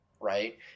right